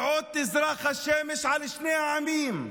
ועוד תזרח השמש על שני העמים.